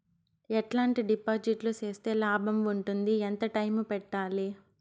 ఎట్లాంటి డిపాజిట్లు సేస్తే లాభం ఉంటుంది? ఎంత టైము పెట్టాలి?